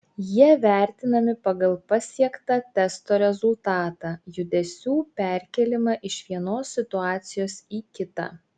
jie vertinami pagal pasiektą testo rezultatą judesių perkėlimą iš vienos situacijos į kitą